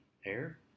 hair